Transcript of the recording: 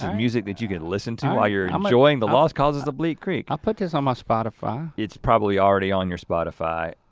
um music that you could listen to while you're um enjoying the lost causes of bleak creek. i'll put this on my spotify. it's probably already on your spotify.